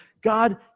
God